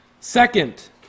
Second